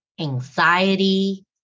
anxiety